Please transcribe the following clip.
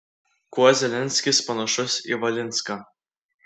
kuo zelenskis panašus į valinską